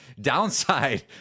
downside